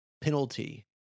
penalty